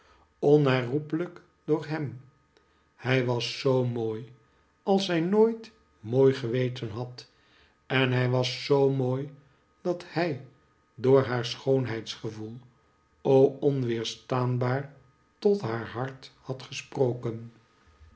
onherroepelijk door hem hij was zoo mooi als zij nooit mooi geweten had en hij was zoo mooi dat hij door haar schoonheidsgevoel o onweerstaanbaar tot haar hart had gesproken